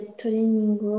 training